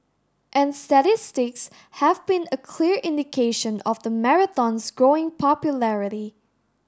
and statistics have been a clear indication of the marathon's growing popularity